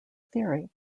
theory